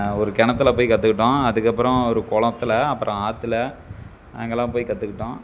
ஒரு கிணத்துல போய் கற்றுக்கிட்டோம் அதுக்கப்புறம் ஒரு குளத்துல அப்புறம் ஆற்றுல அங்கெல்லாம் போய் கற்றுக்கிட்டோம்